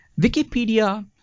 Wikipedia